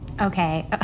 Okay